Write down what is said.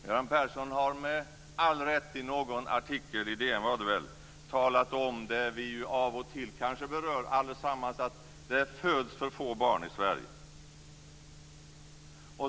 Göran Persson har med all rätt i någon artikel i DN talat om det som vi av och till kanske berör allesammans, nämligen att det föds för få barn i Sverige.